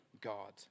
God